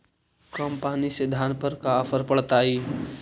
कम पनी से धान पर का असर पड़तायी?